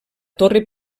torre